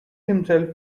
himself